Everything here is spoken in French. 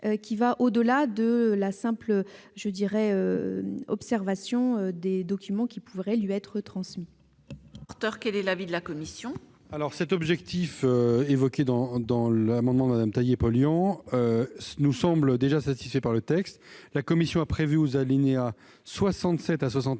ira au-delà de la simple observation des documents qui pourraient lui être transmis. Quel est l'avis de la commission ? L'amendement de Mme Taillé-Polian nous semble déjà satisfait par le texte. La commission a prévu, aux alinéas 67 à 71,